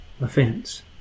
offense